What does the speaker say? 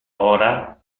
ora